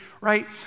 right